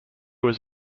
was